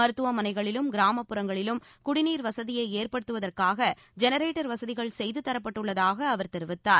மருத்துவமளைகளிலும் கிராமப்புறங்களிலும் குடிநீர் வசதியை ஏற்படுத்துவதற்காக ஜெனரேட்டர் வசதிகள் செய்து தரப்பட்டுள்ளதாக அவர் தெரிவித்தார்